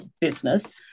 business